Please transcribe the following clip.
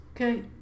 Okay